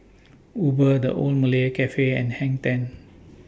Uber The Old Malaya Cafe and Hang ten